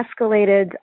escalated